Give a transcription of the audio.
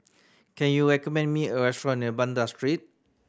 can you recommend me a restaurant near Banda Street